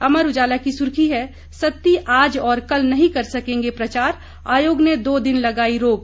अमर उजाला की सुर्खी है सत्ती आज और कल नहीं कर सकेंगे प्रचार आयोग ने दो दिन लगाई रोक